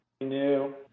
new